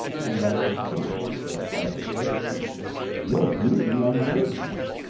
and i continued, with agitation your beauty unnerves me.